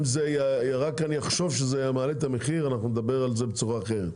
אם אני רק אחשוב שזה מעלה את המחיר אני אתייחס לזה בצורה אחרת.